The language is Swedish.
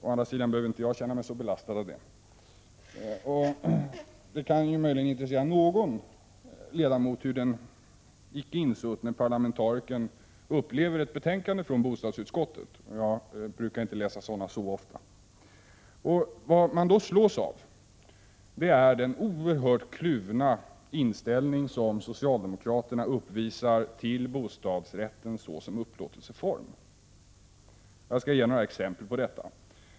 Å andra sidan behöver inte jag känna mig så belastad av det förhållandet. Det kan möjligen intressera någon ledamot hur den icke insuttne parlamentarikern upplever ett betänkande från bostadsutskottet — jag brukar inte läsa sådana så ofta. Vad man slås av är den oerhört kluvna inställning som socialdemokraterna uppvisar till bostadsrätten såsom upplåtelseform. Jag skall ge några exempel på detta.